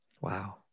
Wow